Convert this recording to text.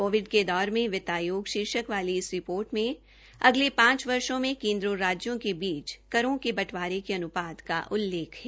Covid के दौर में वित्त आयोग शीर्षक वाली इस रिपोर्ट में अगले पांच वर्षो में केन्द्र और राज्यों के बीच करों के बंटवारे के अन्पात का उल्लेख है